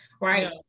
right